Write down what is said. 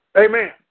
Amen